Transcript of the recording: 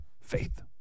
Faith